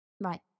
Right